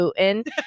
Putin